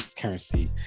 Currency